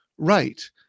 right